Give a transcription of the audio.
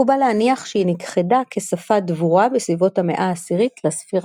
מקובל להניח שהיא נכחדה כשפה דבורה בסביבות המאה העשירית לספירה.